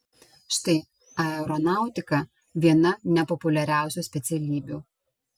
štai aeronautika viena nepopuliariausių specialybių